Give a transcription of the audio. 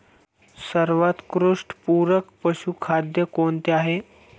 सर्वोत्कृष्ट पूरक पशुखाद्य कोणते आहे?